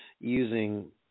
using